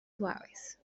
suaves